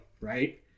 right